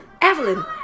Evelyn